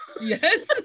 Yes